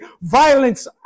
violence